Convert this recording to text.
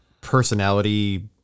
personality